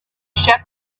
shepherd